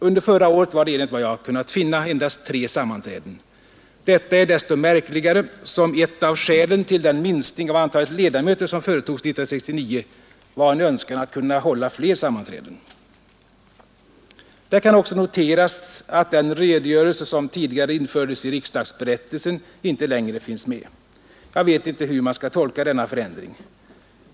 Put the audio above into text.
Under förra året var det enligt vad jag kunnat finna endast tre sammanträden. Detta är desto märkligare som ett av skälen till den minskning av antalet ledamöter som företogs 1969 var en önskan att kunna hålla fler sammanträden. Det kan också noteras att den redogörelse som tidigare infördes i riksdagsberättelsen inte längre finns med. Jag vet inte hur man skall tolka denna förändring.